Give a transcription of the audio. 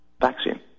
vaccine